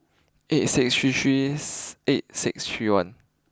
eight six three three eight six three one